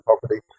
property